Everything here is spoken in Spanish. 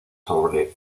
sobre